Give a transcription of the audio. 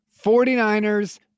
49ers